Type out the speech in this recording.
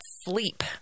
sleep